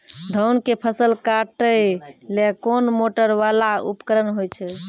धान के फसल काटैले कोन मोटरवाला उपकरण होय छै?